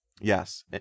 Yes